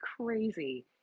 crazy